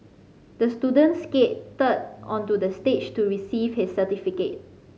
the student skated onto the stage to receive his certificate